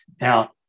Now